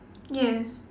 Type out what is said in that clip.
yes